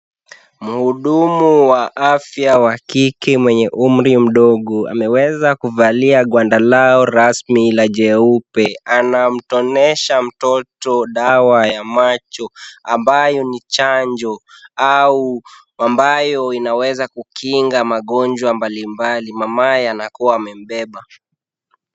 Mhudumu wa afya wa kike mwenye umri mdogo ameweza kuvalia gwanda lao rasmi la jeupe. Anamtonesha mtoto dawa ya macho ambayo ni chanjo au ambayo inaweza kukinga magonjwa mbalimbali. Mamaye anakuwa amembeba